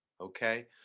okay